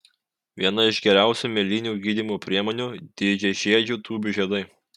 viena iš geriausių mėlynių gydymo priemonių didžiažiedžių tūbių žiedai